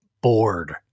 bored